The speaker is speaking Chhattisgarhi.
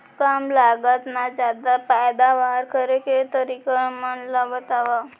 कम लागत मा जादा पैदावार करे के तरीका मन ला बतावव?